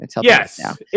Yes